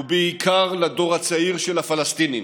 ובעיקר לדור הצעיר של הפלסטינים: